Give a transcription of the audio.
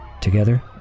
Together